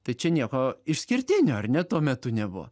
tai čia nieko išskirtinio ar ne tuo metu nebuvo